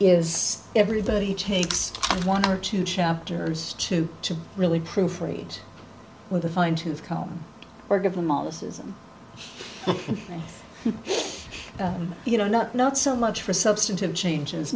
is everybody takes one or two chapters to to really proofread with a fine tooth comb or give them all this isn't you know not not so much for substantive changes